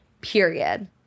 Period